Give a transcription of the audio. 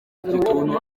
igituntu